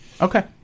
Okay